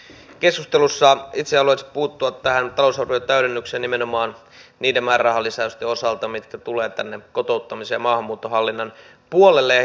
tässä keskustelussa itse haluaisin puuttua tähän talousarvion täydennykseen nimenomaan niiden määrärahalisäysten osalta mitkä tulevat kotouttamisen ja maahanmuuttohallinnan puolelle